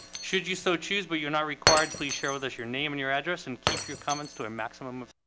should you so choose but you're not required please share with us your name and your address and keep your comments to a maximum